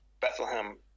Bethlehem